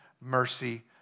mercy